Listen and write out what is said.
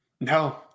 No